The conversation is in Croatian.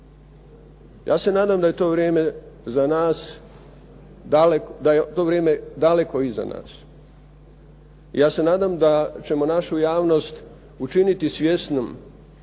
za nas da je to vrijeme daleko iza nas. I ja se nadam da ćemo našu javnost učiniti svjesnom